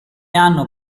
hanno